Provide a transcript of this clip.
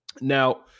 Now